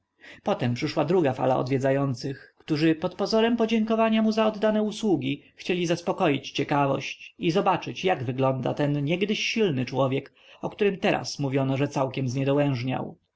potem przyszła druga fala odwiedzających którzy pod pozorem podziękowania mu za oddane usługi chcieli zaspokoić ciekawość i zobaczyć jak wygląda ten niegdyś silny człowiek o którym teraz mówiono że całkiem zniedołężniał ci już nie